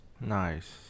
Nice